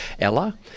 Ella